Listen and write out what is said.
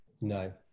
No